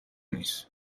نیست